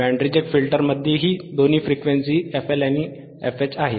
band reject फिल्टरमध्येही दोन frequency FLआणि FH आहेत